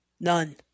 None